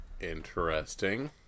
Interesting